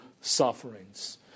sufferings